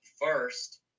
first